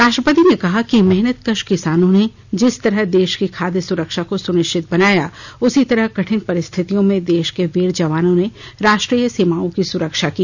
राष्ट्रपति ने कहा कि मेहनतकश किसानों ने जिस तरह देश की खाद्य सुरक्षा को सुनिश्चित बनाया उसी तरह कठिन परिस्थितियों में देश के वीर जवानों ने राष्ट्रीय सीमाओं की सुरक्षा की